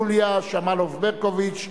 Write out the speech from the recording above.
יוליה שמאלוב-ברקוביץ,